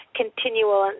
continual